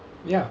ya